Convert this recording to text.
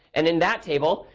and in that table,